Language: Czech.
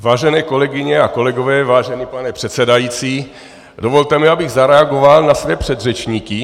Vážené kolegyně a kolegové, vážený pane předsedající, dovolte mi, abych zareagoval na své předřečníky.